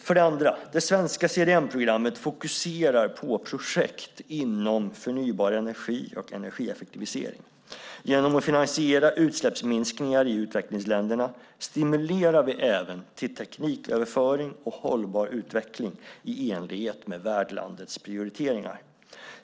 För det andra: Det svenska CDM-programmet fokuserar på projekt inom förnybar energi och energieffektivisering. Genom att finansiera utsläppsminskningar i utvecklingsländerna stimulerar vi även till tekniköverföring och hållbar utveckling i enlighet med värdlandets prioriteringar.